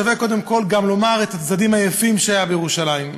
שווה גם לומר את הצדדים היפים שהיו בירושלים,